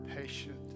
patient